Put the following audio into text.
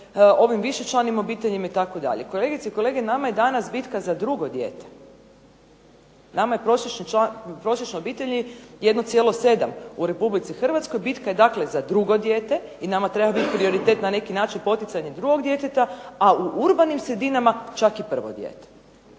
ovim višečlanim obiteljima itd. Kolegice i kolege, nama je danas bitka za drugo dijete. Nama je prosječne obitelji 1,7 u Republici Hrvatskoj. Bitka je dakle za drugo dijete i nama treba biti prioritet na neki način poticanje drugog djeteta, a u urbanim sredinama čak i prvo dijete.